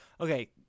Okay